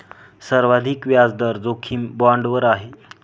सर्वाधिक व्याजदर जोखीम बाँडवर आहे